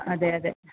അതെ അതെ